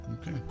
Okay